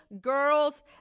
girl's